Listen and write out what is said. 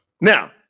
now